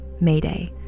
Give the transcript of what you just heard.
Mayday